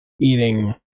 eating